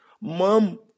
mom